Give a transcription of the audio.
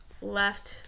left